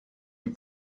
you